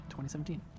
2017